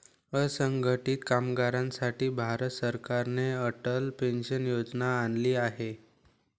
असंघटित कामगारांसाठी भारत सरकारने अटल पेन्शन योजना आणली आहे